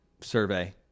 survey